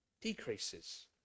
decreases